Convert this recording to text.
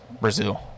brazil